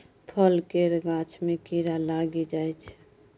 फल केर गाछ मे कीड़ा लागि जाइ छै